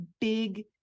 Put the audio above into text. big